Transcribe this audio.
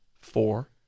four